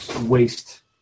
waste